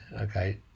okay